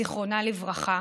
זיכרונה לברכה,